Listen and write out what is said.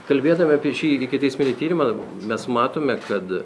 kalbėdami apie šį ikiteisminį tyrimą mes matome kad